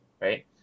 Right